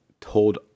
told